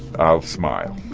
i'll smile.